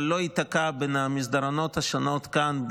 אבל לא ייתקע בין המסדרונות השונים כאן,